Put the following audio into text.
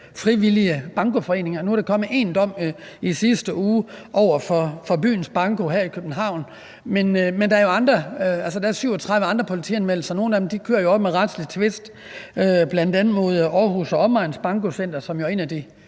frivillige bankoforeninger. Nu er der kommet en dom her i sidste uge over Byens Bedste Banko her i København, men der er jo 37 andre politianmeldelser, og nogle af dem kører også med retslig tvist, bl.a. mod Aarhus og Omegns Banko Center , som er en af de